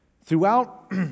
Throughout